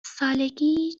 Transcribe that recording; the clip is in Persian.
سالگی